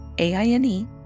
A-I-N-E